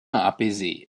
apaisé